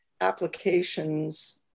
applications